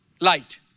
light